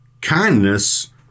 Kindness